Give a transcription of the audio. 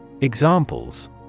Examples